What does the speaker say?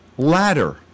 Ladder